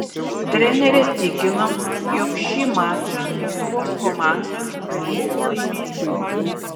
trenerė tikino jog šį mačą lietuvos komanda galėjo laimėti